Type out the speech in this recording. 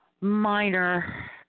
minor